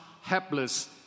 helpless